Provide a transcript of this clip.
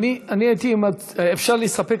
אפשר להסתפק,